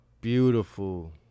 beautiful